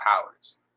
powers